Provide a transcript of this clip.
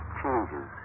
changes